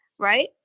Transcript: right